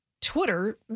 Twitter